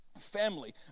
family